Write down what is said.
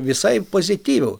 visai pozityvu